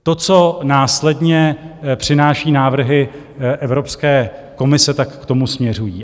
To, co následně přináší návrhy Evropské komise, k tomu směřují.